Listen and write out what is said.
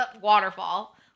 waterfall